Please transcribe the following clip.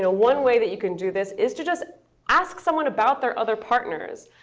you know one way that you can do this is to just ask someone about their other partners.